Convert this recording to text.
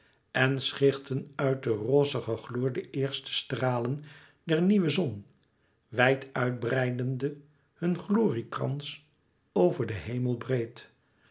en schichtten uit den rozigen gloor de eerste stralen der nieuwe zon wijd uit breidende hun gloriekrans over den hemel breed